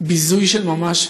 ביזוי של ממש,